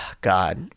God